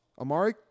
Amari